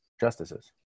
justices